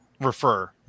refer